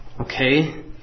Okay